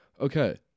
okay